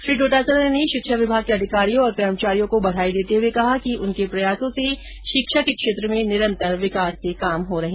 श्री डोटासरा ने शिक्षा विभाग के अधिकारियों और कर्मचारियों को बधाई देते हए कहा कि उनके प्रयासों से शिक्षा क्षेत्र में निरंतर विकास के कार्य हो रहे हैं